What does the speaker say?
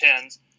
tens